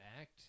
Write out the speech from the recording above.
act